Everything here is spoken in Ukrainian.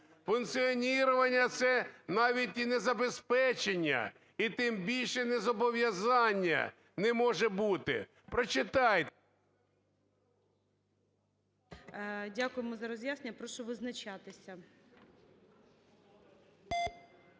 Функціонування – це навіть і не забезпечення, і тим більше не зобов'язання, не може бути, прочитайте.